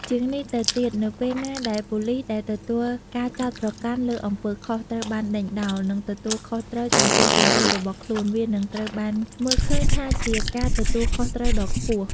ជាងនេះទៅទៀត នៅពេលណាដែល ប៉ូលីសដែលទទួលការចោទប្រកាន់លើអំពើខុស ត្រូវបានដេញដោល និងទទួលខុសត្រូវចំពោះទង្វើរបស់ខ្លួន វានឹងត្រូវបានមើលឃើញថាជា ការទទួលខុសត្រូវ ដ៏ខ្ពស់។